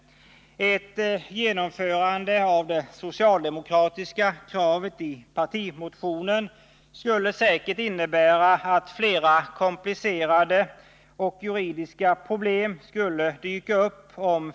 Ett genomförande av det socialdemokratiska kravet i partimotionen skulle säkert innebära att flera komplicerade, bl.a. juridiska problem skulle dyka upp.